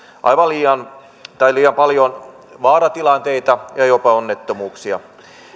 aivan liian paljon paljon vaaratilanteita ja jopa onnettomuuksia